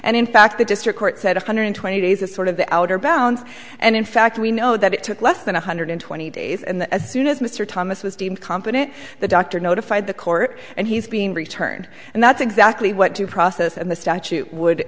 and in fact the district court said a hundred twenty days is sort of the outer bounds and in fact we know that it took less than one hundred twenty days and as soon as mr thomas was deemed competent the doctor notified the court and he's being returned and that's exactly what due process and the statute would